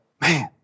Man